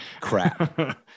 crap